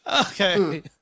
Okay